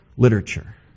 Literature